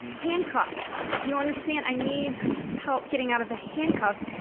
handcuffed! do you understand? i need help getting out of the handcuffs.